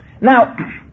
Now